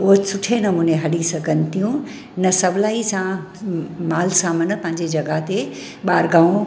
हूअ सुठे नमूने हली सघनि थियूं न सवलाई सां माल सामानु पंहिंजी जॻह ते ॿाहिरि गांव